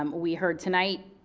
um we heard tonight,